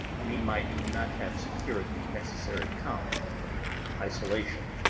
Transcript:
we might not have secured the necessary calm and isolation.